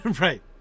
Right